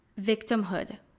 victimhood